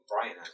Brian